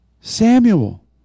Samuel